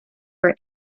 for